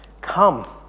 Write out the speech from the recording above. Come